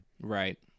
Right